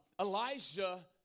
Elijah